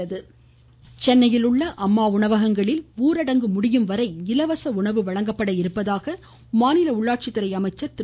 வேலுமணி சென்னையில் உள்ள அம்மா உணவகங்களில் ஊரடங்கு முடியும் வரை இலவச உணவு வழங்கப்பட உள்ளதாக மாநில உள்ளாட்சித்துறை அமைச்சர் திரு